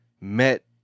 met